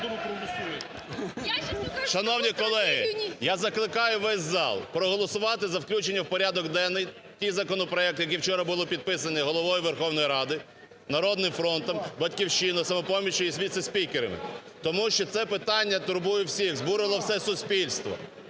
Шановні колеги, я закликаю весь зал проголосувати за включення в порядок денний ті законопроекти, які вчора були підписані Головою Верховної Ради, "Народним фронтом", "Батьківщиною", "Самопоміччю" і віце-спікерами, тому що це питання турбує всіх, збурило все суспільство.